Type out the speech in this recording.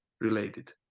related